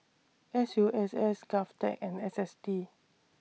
S U S S Govtech and S S T